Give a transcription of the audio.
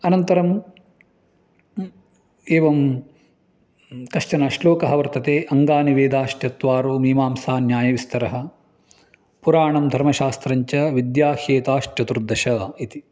अनन्तरं ह्म् एवं कश्चन श्लोकः वर्तते अङ्गानि वेदाश्चत्वारो मीमांसा न्यायविस्तरः पुराणं धर्मशास्त्रं च विद्याह्येताश्चतुर्दश इति